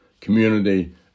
community